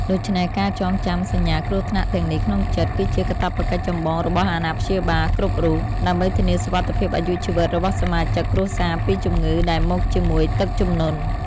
ដូច្នេះការចងចាំសញ្ញាគ្រោះថ្នាក់ទាំងនេះក្នុងចិត្ត គឺជាកាតព្វកិច្ចចម្បងរបស់អាណាព្យាបាលគ្រប់រូប ដើម្បីធានាសុវត្ថិភាពអាយុជីវិតរបស់សមាជិកគ្រួសារពីជំងឺដែលមកជាមួយទឹកជំនន់។